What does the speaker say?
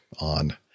on